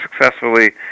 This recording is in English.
successfully